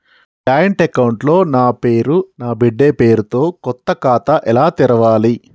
Joint account లో నా పేరు నా బిడ్డే పేరు తో కొత్త ఖాతా ఎలా తెరవాలి?